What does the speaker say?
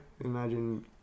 Imagine